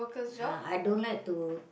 uh I don't like to